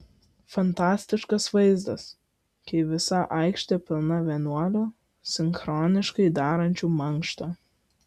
fantastiškas vaizdas kai visa aikštė pilna vienuolių sinchroniškai darančių mankštą